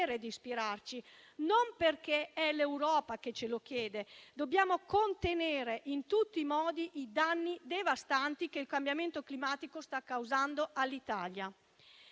di ispirarci, e non perché è l'Europa che ce lo chiede, ma perché dobbiamo contenere in tutti i modi i danni devastanti che il cambiamento climatico sta causando all'Italia.